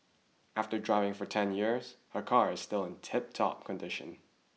after driving for ten years her car is still in tiptop condition